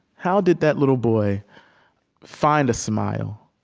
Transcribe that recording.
how did that little boy find a smile,